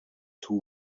two